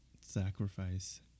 sacrifice